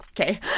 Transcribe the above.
Okay